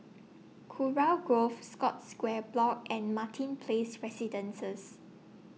Kurau Grove Scotts Square Block and Martin Place Residences